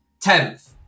Tenth